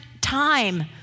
time